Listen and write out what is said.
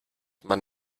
man